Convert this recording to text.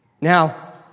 Now